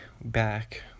back